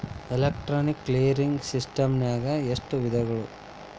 Electronic clearing ಸಿಸ್ಟಮ್ನಾಗ ಎಷ್ಟ ವಿಧಗಳವ?